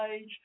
age